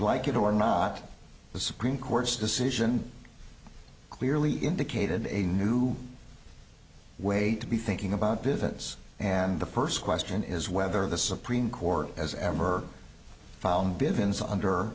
like it or not the supreme court's decision clearly indicated a new way to be thinking about business and the first question is whether the supreme court as ever found bivins under